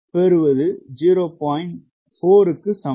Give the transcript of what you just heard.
4 க்கு சமம்